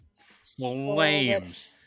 Flames